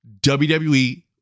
WWE